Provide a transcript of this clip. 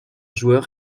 joueur